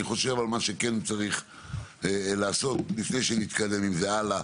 אני חושב שמה שצריך לעשות לפני שנתקדם עם זה הלאה,